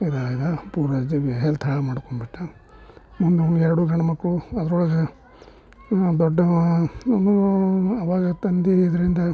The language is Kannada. ಇದಾದ ಹೆಲ್ತ್ ಹಾಳು ಮಾಡ್ಕೊಂಡ್ ಬಿಟ್ಟ ಎರಡೂ ಗಂಡು ಮಕ್ಕಳು ಅದ್ರೊಳಗೆ ದೊಡ್ಡವ ಅವಾಗ ತಂದೆ ಇದರಿಂದ